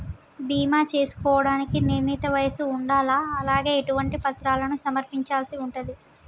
బీమా చేసుకోవడానికి నిర్ణీత వయస్సు ఉండాలా? అలాగే ఎటువంటి పత్రాలను సమర్పించాల్సి ఉంటది?